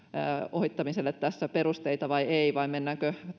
ohittamiselle tässä perusteita vai ei vai mennäänkö